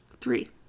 Three